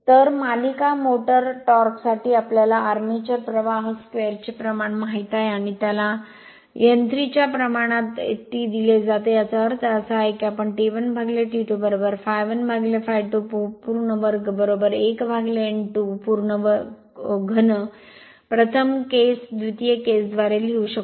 तर मालिका मोटर टॉर्कसाठी आम्हाला आर्मेचर प्रवाह स्क्वेअरचे प्रमाण माहित आहे आणि त्याला n 3 च्या प्रमाणात T दिले जाते याचा अर्थ असा आहे की आपण T1 T2 ∅1 ∅2 whole square 1 n 2 प्रथम केस द्वितीय केसद्वारे लिहू शकतो